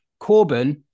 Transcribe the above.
Corbyn